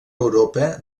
europa